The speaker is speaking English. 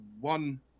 one